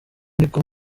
niko